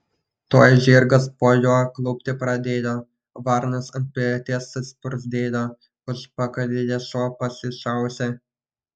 tuoj žirgas po juo klupti pradėjo varnas ant peties suspurdėjo užpakalyje šuo pasišiaušė